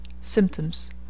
Symptoms